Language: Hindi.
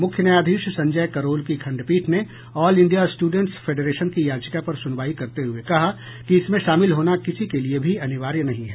मुख्य न्यायाधीश संजय करोल की खंडपीठ ने ऑल इंडिया स्ट्रडेंट्स फेडरेशन की याचिका पर सुनवाई करते हुए कहा कि इसमें शामिल होना किसी के लिए भी अनिवार्य नहीं है